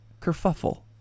kerfuffle